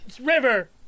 River